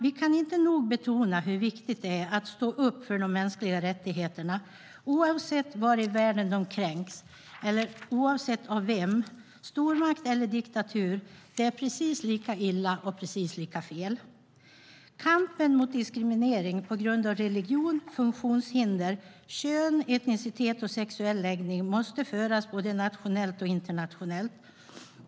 Vi kan inte nog betona hur viktigt det är att stå upp för de mänskliga rättigheterna oavsett var i världen de kränks och oavsett av vem - stormakt eller diktatur det är precis lika illa och precis lika fel. Kampen mot diskriminering på grund av religion, funktionshinder, kön, etnicitet och sexuell läggning måste föras både nationellt och internationellt.